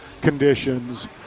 conditions